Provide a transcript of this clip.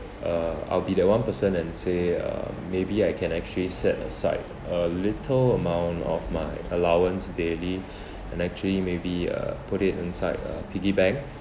uh I'll be that one person and say uh maybe I can actually set aside a little amount of my allowance daily and actually maybe uh put it inside a piggy bank